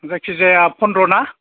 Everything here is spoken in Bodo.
जायखिजाया फन्द्र' ना